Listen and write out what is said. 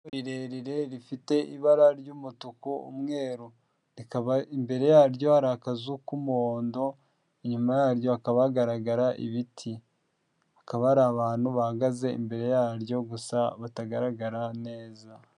Rirerire rifite ibara ry'umutuku umweru rikaba imbere yaryo hari akazu k'umuhondo inyuma yaryo hakaba hagaragara ibiti. Hakaba ari abantu bahagaze imbere yaryo gusa batagaragara neza.